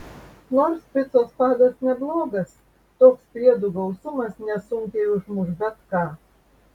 nors picos padas neblogas toks priedų gausumas nesunkiai užmuš bet ką